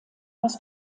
aus